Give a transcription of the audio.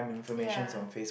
ya